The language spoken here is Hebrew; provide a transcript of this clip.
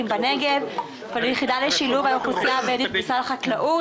בנגב וליחידה לשילוב האוכלוסייה הבדואית במשרד החקלאות.